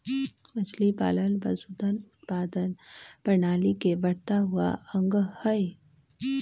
मछलीपालन पशुधन उत्पादन प्रणाली के बढ़ता हुआ अंग हई